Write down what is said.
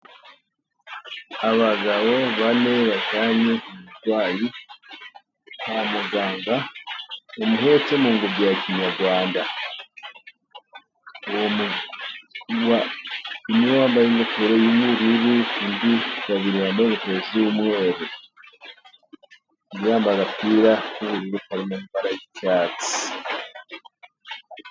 Abagabo bane, bajyanye umurwayi kwa muganga, bamuhetse mu ngobyi ya kinyarwanda, umwe yambaye ingofero y'ubururu, babiri bambaye ingofero z'umweru undi yambaye agapira k'ubururu karimo amabara y'icyatsi.